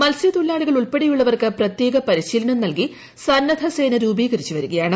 മത്സ്യ്ത്തൊഴിലാളികൾ ഉൾപ്പെടെയുള്ളവർക്ക് പ്രത്യേക പരിശീലനം നിൽകി സന്നദ്ധ സേന രൂപീകരിച്ച് വരികയാണ്